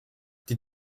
die